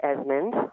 Esmond